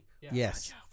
Yes